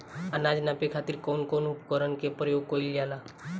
अनाज नापे खातीर कउन कउन उपकरण के प्रयोग कइल जाला?